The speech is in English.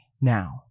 now